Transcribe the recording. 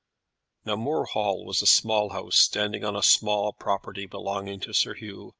now moor hall was a small house, standing on a small property belonging to sir hugh,